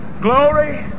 Glory